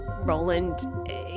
roland